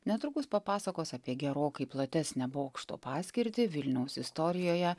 netrukus papasakos apie gerokai platesnę bokšto paskirtį vilniaus istorijoje